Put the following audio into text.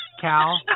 Cal